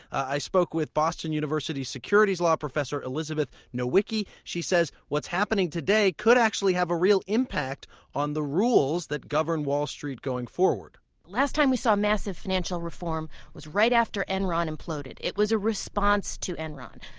i spoke with boston university's securities law professor elizabeth nowicki. she says what's happening today could actually have a real impact on the rules that govern wall street going forward last time we saw massive financial reform was right after enron imploded. it was a response to enron.